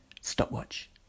stopwatch